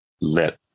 let